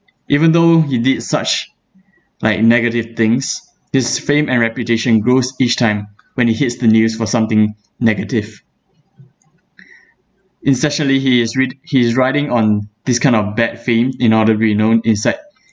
even though he did such like negative things his fame and reputation grows each time when he hits the news for something negative essentially he is re~ he is running on this kind of bad fame in order to be known inside